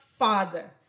father